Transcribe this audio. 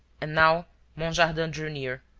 and now monjardin drew near.